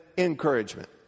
Encouragement